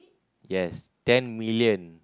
yes ten million